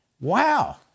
Wow